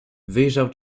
wyjrzał